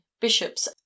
bishops